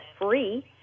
free